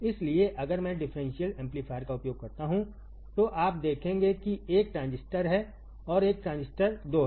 इसलिए अगर मैं डिफरेंशियल एम्पलीफायर काउपयोग करता हूं तोआप देखेंगे कि एक ट्रांजिस्टर है और एक ट्रांजिस्टर 2 है